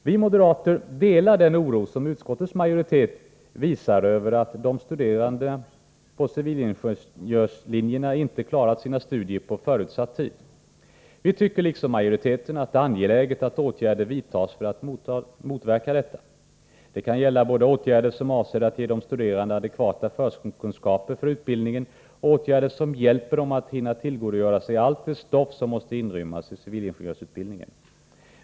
Vi moderater delar den oro som utskottets majoritet visar över att de studerande på civilingenjörslinjerna inte klarat sina studier på förutsatt tid. Vi tycker, liksom majoriteten, att det är angeläget att åtgärder vidtas för att motverka detta. Det kan gälla både åtgärder som avser att ge de studerande adekvata förkunskaper för utbildningen och åtgärder som hjälper dem att hinna tillgodogöra sig allt det stoff som måste inrymmas i civilingenjörsutbildningen.